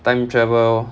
time travel